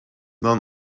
non